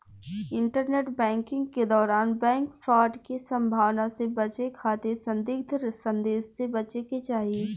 internet banking के दौरान bank fraud के संभावना से बचे खातिर संदिग्ध संदेश से बचे के चाही